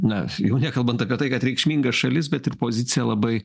na jau nekalbant apie tai kad reikšminga šalis bet ir pozicija labai